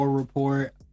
Report